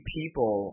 people